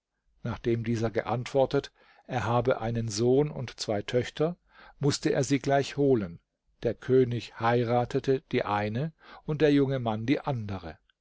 nachdem dieser geantwortet er habe einen sohn und zwei töchter mußte er sie gleich holen der könig heiratete die eine und der junge mann die andere